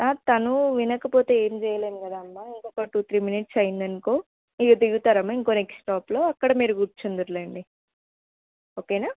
తను వినకపోతే ఏం చేయలేను కదమ్మా ఇంకొక టూ త్రీ మినిట్స్ అయిందనుకో ఇక దిగుతారు ఇంకో నెక్స్ట్ స్టాప్లో అక్కడ మీరు కూర్చుందురు లెండి ఓకేనా